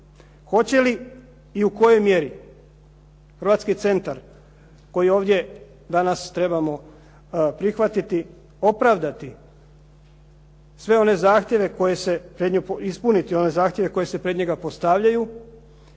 Hoće li i u kojoj mjeri hrvatski centar koji je ovdje danas trebamo prihvatiti opravdati sve one zahtjeve koje se pred nju,